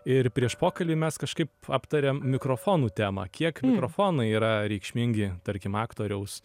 ir prieš pokalbį mes kažkaip aptarėm mikrofonų temą kiek mikrofonai yra reikšmingi tarkim aktoriaus